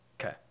Okay